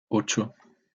ocho